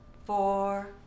Four